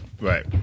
Right